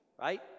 right